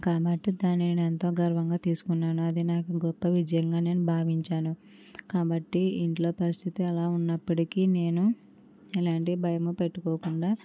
కాబట్టి దానిని ఎంతో గర్వంగా తీసుకున్నాను అది నాకు గొప్ప విజయంగా నేను భావించాను కాబట్టి ఇంట్లో పరిస్థితి అలా ఉన్నప్పటికీ నేను ఎలాంటి భయము పెట్టుకోకుండా